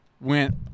went